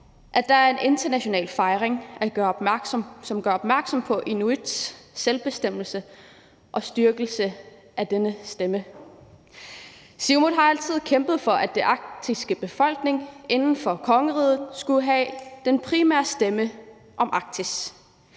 at der er en international fejring, som gør opmærksom på inuits selvbestemmelse og på styrkelse af denne stemme. Siumut har altid kæmpet for, at den arktiske befolkning inden for kongeriget skulle have den primære stemme om Arktis.